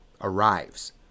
arrives